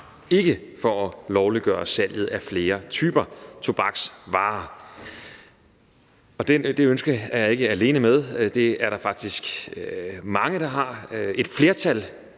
ikke for at lovliggøre salget af flere typer tobaksvarer. Det ønske er jeg ikke alene om. Det er der faktisk mange der har. Et flertal